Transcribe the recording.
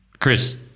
Chris